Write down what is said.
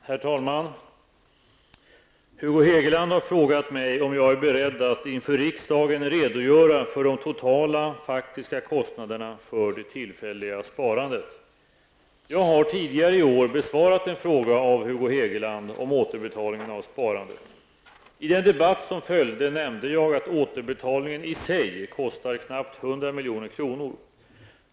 Herr talman! Hugo Hegeland har frågat mig om jag är beredd att inför riksdagen redogöra för de totala, faktiska kostnaderna för det tillfälliga sparandet. Jag har tidigare i år besvarat en fråga av Hugo Hegeland om återbetalningen av sparandet. I den debatt som följde nämnde jag att återbetalningen i sig kostar knappt 100 milj.kr.